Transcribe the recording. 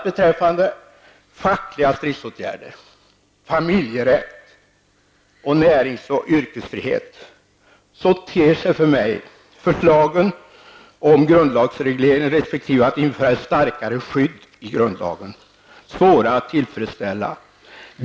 Beträffande fackliga stridsåtgärder, familjerätt och närings och yrkesfrihet ter sig för mig förslagen om grundlagsreglering resp. införandet av ett starkare skydd i grundlagen svåra att tillfredsställa.